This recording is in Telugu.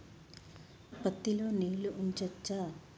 పత్తి లో నీళ్లు ఉంచచ్చా?